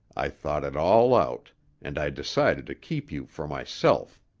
i thought it all out and i decided to keep you for myself.